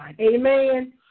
Amen